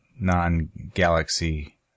non-galaxy